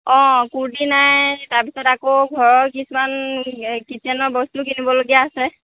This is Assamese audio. অঁ কুৰ্টি নাই তাৰপিছত আকৌ ঘৰৰ কিছুমান এই কিছেনৰ বস্তু কিনিব লগীয়া আছে